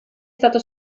stato